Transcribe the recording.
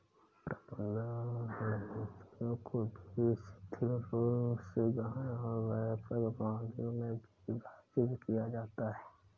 प्रबंधन रणनीतियों को भी शिथिल रूप से गहन और व्यापक प्रणालियों में विभाजित किया जाता है